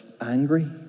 angry